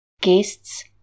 guests